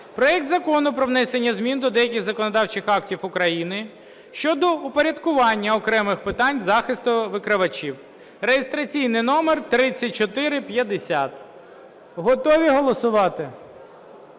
проект Закону про внесення змін до деяких законодавчих актів України щодо упорядкування окремих питань захисту викривачів (реєстраційний номер 3450). Готові голосувати?